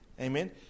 Amen